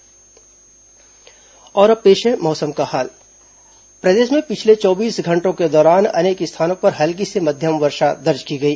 मौसम और अब पेश है मौसम का हाल प्रदेश में पिछले चौबीस घंटों के दौरान अनेक स्थानों पर हल्की से मध्यम वर्षा दर्ज की गई